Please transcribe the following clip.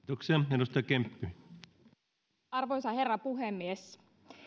arvoisa herra puhemies